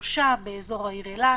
שלושה באזור העיר אילת,